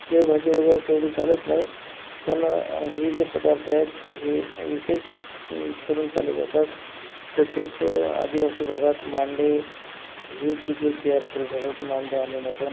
शेवभाजी वगैरे तेवढी चालत नाही पण हे जे पदार्थ आहेत हे विशेष करून चालले जातात तसेच आदिवासी भागात मांडे हे देखील तयार केले जातात मांडे आणि मटण